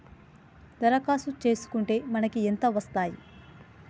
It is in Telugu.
దరఖాస్తు చేస్కుంటే మనకి ఎంత వస్తాయి?